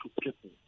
people